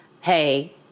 hey